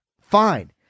Fine